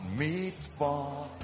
meatball